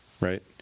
Right